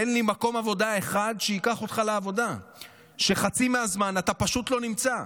תן לי מקום עבודה אחד שייקח אותך לעבודה כשחצי מהזמן אתה פשוט לא נמצא.